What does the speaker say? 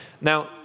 Now